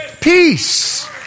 Peace